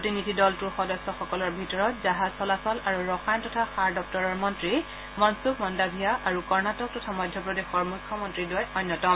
প্ৰতিনিধি দলটোৰ সদস্যসকলৰ ভিতৰত জাহাজ চলাচল আৰু ৰসায়ন তথা সাৰ দপ্তৰৰ মন্ত্ৰী মনচূক মণ্ডাভিয়া আৰু কৰ্ণাটক তথা মধ্যপ্ৰদেশৰ মুখ্যমন্ত্ৰীদ্বয় অন্যতম